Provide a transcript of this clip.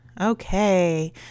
okay